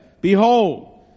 Behold